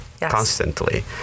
constantly